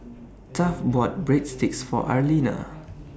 Taft bought Breadsticks For Arlena